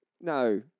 No